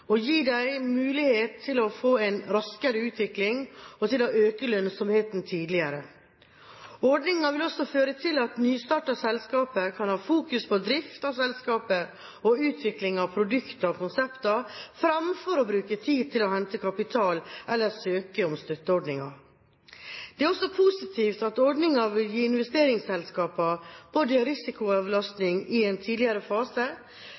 og gi dem en mulighet til å få en raskere utvikling og til å øke lønnsomheten tidligere. Ordningen vil også føre til at nystartede selskap kan ha fokus på drift av selskapet og utvikling av produkter og konsepter fremfor å bruke tid på å hente kapital eller søke om støtte gjennom ordninger. Det er også positivt at ordningen vil gi investeringsselskaper både risikoavlastning i en tidligere fase,